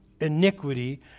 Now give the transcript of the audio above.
Iniquity